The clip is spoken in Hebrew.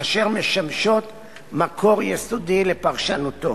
אשר משמשות מקור יסודי לפרשנותו.